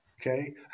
Okay